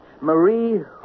Marie